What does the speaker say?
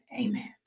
amen